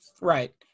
Right